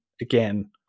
again